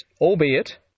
albeit